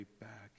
back